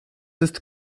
ist